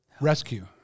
rescue